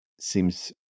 seems